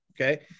okay